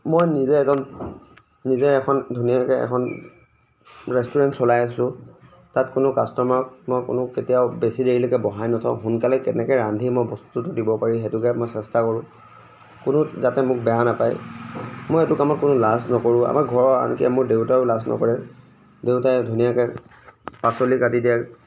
মই নিজে এজন নিজে এখন ধুনীয়াকৈ এখন ৰেষ্টুৰেণ্ট চলাই আছো তাত কোনো কাষ্টমাৰক মই কোনো কেতিয়াও বেছি দেৰিলৈকে বহাই নথওঁ সোনকালে কেনেকৈ ৰান্ধি মই বস্তুটো দিব পাৰি সেইটোকে মই চেষ্টা কৰোঁ কোনো যাতে মোক বেয়া নাপায় মই এইটো কামত কোনো লাজ নকৰোঁ আমাৰ ঘৰৰ আনকি মোৰ দেউতাইও লাজ নকৰে দেউতাই ধুনীয়াকৈ পাচলি কাটি দিয়ে